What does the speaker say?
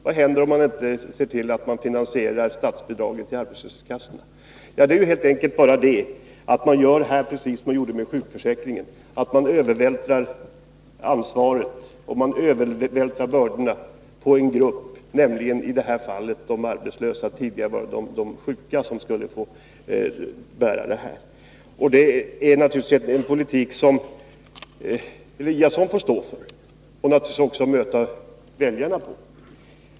Vad händer om man inte ser till att finansiera statsbidrag till arbetslöshetskassorna? Man gör här som beträffande sjukförsäkringen — man övervältrar helt enkelt ansvaret och bördorna på en viss grupp. Här gäller det de arbetslösa. Tidigare var det de sjuka som skulle få bära bördorna. Det är en politik som Ingemar Eliasson givetvis får stå för, och han får också möta väljarna när det gäller detta.